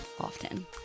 often